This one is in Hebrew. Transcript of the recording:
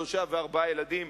שלושה וארבעה ילדים,